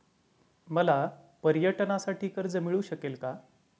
मला पर्यटनासाठी कर्ज मिळू शकेल का?